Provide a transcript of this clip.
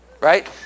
Right